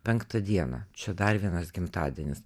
penktą dieną čia dar vienas gimtadienis